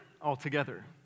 altogether